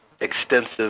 extensive